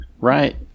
Right